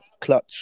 Clutch